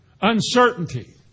Uncertainty